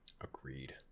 Agreed